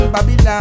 Babylon